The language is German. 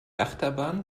achterbahn